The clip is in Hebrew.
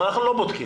אבל אנחנו לא בודקים.